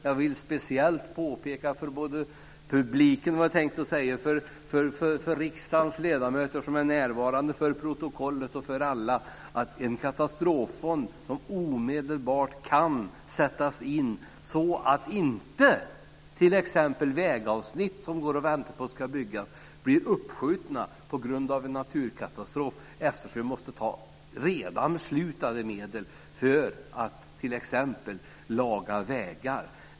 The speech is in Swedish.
Jag vill speciellt påpeka för de riksdagsledamöter som är närvarande och för protokollet att en katastroffond måste upprättas som omedelbart kan sättas in, så att inte t.ex. byggandet av vägavsnitt blir uppskjutna på grund av en naturkatastrof eftersom redan beslutade medel måste användas för att laga vägar.